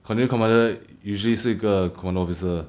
contigent commander usually 是一个 corner officer